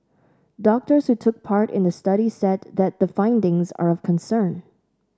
doctors who took part in the study said that the findings are of concern